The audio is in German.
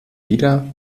wieder